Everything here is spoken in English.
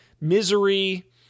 Misery